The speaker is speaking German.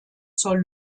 zur